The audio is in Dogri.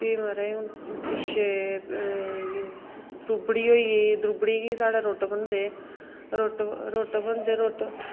फ्ही महाराज हुन पिच्छे द्रुबड़ी होई गेई द्रुबड़ी गी स्हाढ़ै रूट्ट बनदे रूट्ट रूट्ट बनदे रूट्ट